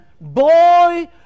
boy